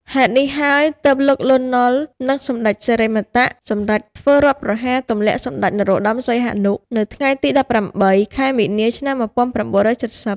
ហេតុនេះហើយ ទើបលោក លន់ នល់ និងសម្ដេចសិរិមតៈសម្រេចធ្វើរដ្ឋប្រហារទម្លាក់សម្ដេចព្រះនរោត្ដម សីហនុ នៅថ្ងៃទី១៨ ខែមីនា ឆ្នាំ១៩៧០។